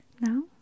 Now